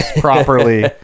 properly